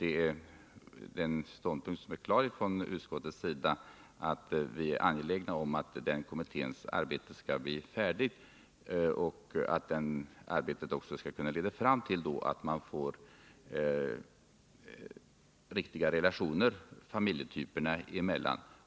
Vi har i utskottet klart markerat att det är angeläget att denna kommitté blir färdig med sitt arbete och att detta skall kunna leda fram till riktiga relationer familjetyperna emellan.